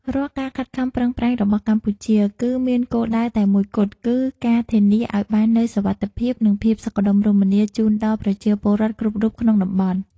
រាល់ការខិតខំប្រឹងប្រែងរបស់កម្ពុជា គឺមានគោលដៅតែមួយគត់គឺការធានាឱ្យបាននូវសុវត្ថិភាព និងភាពសុខដុមរមនាជូនដល់ប្រជាពលរដ្ឋគ្រប់រូបក្នុងតំបន់។